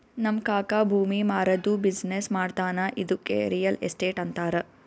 ನಮ್ ಕಾಕಾ ಭೂಮಿ ಮಾರಾದ್ದು ಬಿಸಿನ್ನೆಸ್ ಮಾಡ್ತಾನ ಇದ್ದುಕೆ ರಿಯಲ್ ಎಸ್ಟೇಟ್ ಅಂತಾರ